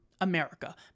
America